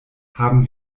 haben